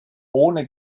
ohne